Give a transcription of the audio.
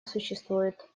существует